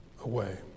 away